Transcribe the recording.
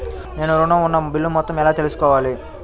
నేను ఋణం ఉన్న బిల్లు మొత్తం ఎలా తెలుసుకోవాలి?